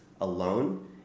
alone